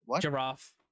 giraffe